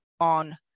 on